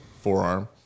forearm